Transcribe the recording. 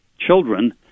children